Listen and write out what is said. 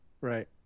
Right